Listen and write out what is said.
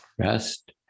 Rest